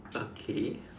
okay